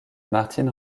martín